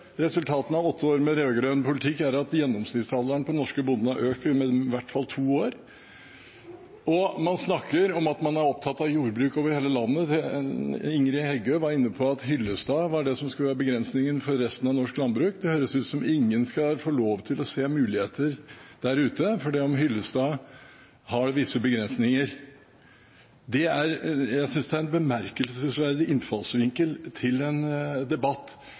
Resultatene av åtte år med rød-grønn politikk er at gjennomsnittsalderen på den norske bonden har økt med i hvert fall to år. Man snakker om at man er opptatt av jordbruk over hele landet. Ingrid Heggø var inne på at Hyllestad skulle være et eksempel for begrensninger for resten av norsk landbruk. Det høres ut som ingen skal få lov til å se muligheter, fordi Hyllestad har visse begrensninger. Det er en bemerkelsesverdig innfallsvinkel til en debatt.